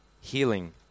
healing